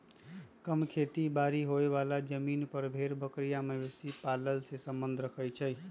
कम खेती बारी होय बला जमिन पर भेड़ बकरी आ मवेशी पालन से सम्बन्ध रखई छइ